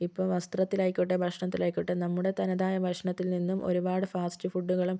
ഇപ്പോൾ വസ്ത്രത്തിലായിക്കൊട്ടേ ഭക്ഷണത്തിലായിക്കോട്ടേ നമ്മുടെ തനതായ ഭക്ഷണത്തിൽ നിന്നും ഒരുപാട് ഫാസ്റ്റ് ഫുഡുകളും